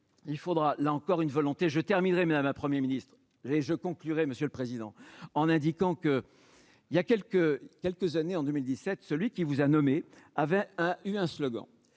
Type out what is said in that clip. il faudra là encore une volonté, je terminerai mais la ma Premier Ministre et je conclurai monsieur le Président, en indiquant qu'il y a quelques quelques années en 2017 celui qui vous a nommé avait eu un slogan,